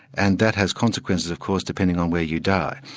and that has consequences of course, depending on where you die.